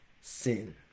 sin